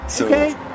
Okay